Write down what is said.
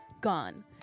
Gone